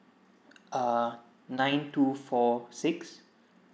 uh nine two four six